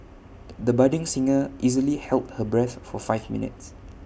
the budding singer easily held her breath for five minutes